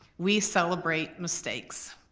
we celebrate mistakes.